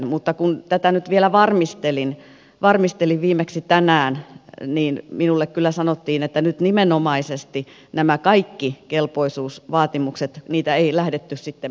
mutta kun tätä nyt vielä varmistelin viimeksi tänään niin minulle kyllä sanottiin että nimenomaisesti mitään näitä kelpoisuusvaatimuksia ei lähdetty muuttamaan